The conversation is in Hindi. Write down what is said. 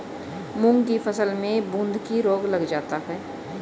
मूंग की फसल में बूंदकी रोग लग जाता है